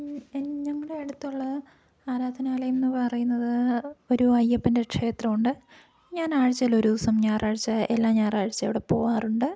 ഞങ്ങളുടെ അടുത്തുള്ള ആരാധനാലയം എന്ന് പറയുന്നത് ഒരു അയ്യപ്പൻ്റെ ക്ഷേത്രമുണ്ട് ഞാൻ ആഴ്ചയിൽ ഒരു ദിവസം ഞായറാഴ്ച എല്ലാ ഞായറാഴ്ചയും അവിടെ പോകാറുണ്ട്